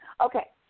Okay